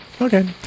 Okay